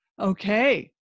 okay